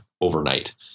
overnight